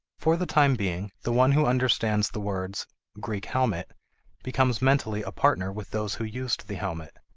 for the time being, the one who understands the words greek helmet becomes mentally a partner with those who used the helmet.